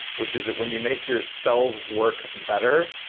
which is when you make your cells work better,